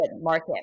market